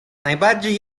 najbardziej